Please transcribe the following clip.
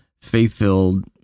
faith-filled